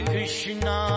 Krishna